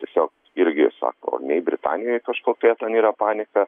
tiesiog irgi sako nei britanijoj kažkokia ten yra panika